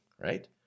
right